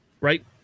right